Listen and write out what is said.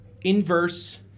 inverse